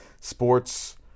sports